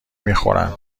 میخورن